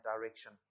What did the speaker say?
direction